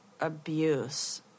abuse